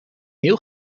heel